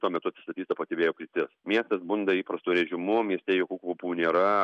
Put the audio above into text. tuo metu atsistatys ta pati vėjo kryptis miestas bunda įprastu režimu mieste jokių kvapų nėra